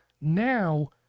Now